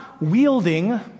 wielding